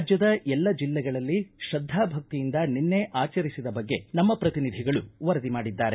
ರಾಜ್ಯದ ಎಲ್ಲ ಜಿಲ್ಲೆಗಳಲ್ಲಿ ತ್ರದ್ದಾ ಭಕ್ತಿಯಿಂದ ನಿನ್ನೆ ಆಚರಿಸಿದ ಬಗ್ಗೆ ನಮ್ಮ ಪ್ರತಿನಿಧಿಗಳು ವರದಿ ಮಾಡಿದ್ದಾರೆ